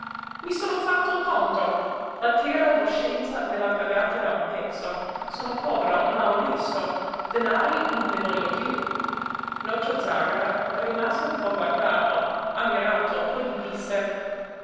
i sono fatto il conto la terra voscenza me l'ha pagata da un pezzo sono povero ma onesto denari non ne voglio piú nocio zàgara rimase un po a guardarlo ammirato poi gli disse